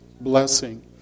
blessing